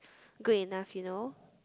good enough you know